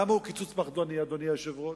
למה הוא קיצוץ פחדני, אדוני היושב-ראש?